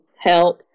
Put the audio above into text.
help